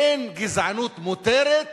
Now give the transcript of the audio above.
אין גזענות מותרת